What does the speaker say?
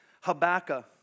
Habakkuk